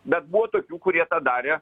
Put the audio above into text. bet buvo tokių kurie tą darė